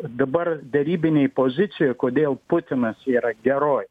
dabar derybinėj pozicijoj kodėl putinas yra geroj